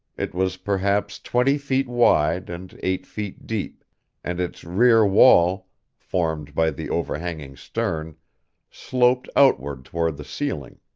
it was perhaps twenty feet wide and eight feet deep and its rear wall formed by the overhanging stern sloped outward toward the ceiling.